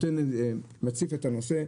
מציף את הנושא,